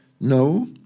No